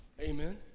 Amen